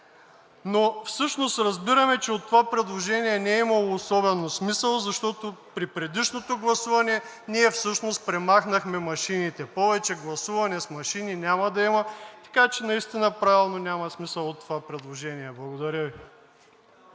Но всъщност разбираме, че от това предложение не имало особен смисъл, защото при предишното гласуване ние всъщност премахнахме машините, повече гласуване с машини няма да има, така че наистина правилно няма смисъл от това предложение. Благодаря Ви.